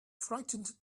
frightened